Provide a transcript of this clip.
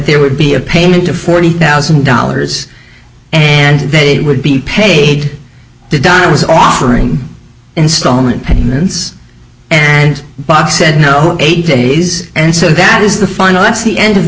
there would be a payment of forty thousand dollars and then it would be paid down it was offering installment payments and bob said no eight days and so that is the final that's the end of the